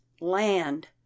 Land